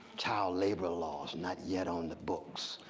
child labor laws not yet on the books.